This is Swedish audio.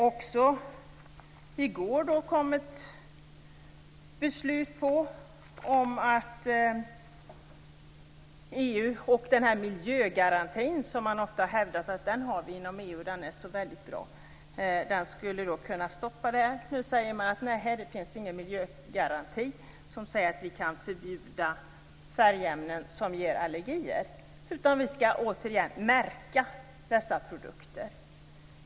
I går kom det ett beslut om att EU säger att det inte finns någon miljögaranti som säger att man kan förbjuda färgämnen som ger allergier, utan dessa produkter skall återigen märkas.